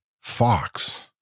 Fox